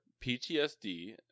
ptsd